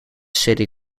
city